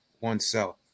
oneself